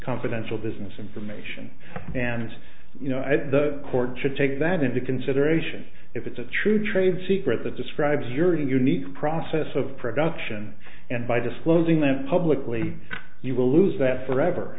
confidential business information and you know i think the court should take that into consideration if it's a true trade secret that describes your unique process of production and by disclosing that publicly you will lose that forever